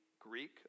Greek